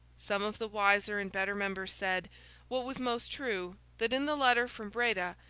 some of the wiser and better members said what was most true that in the letter from breda,